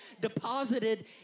deposited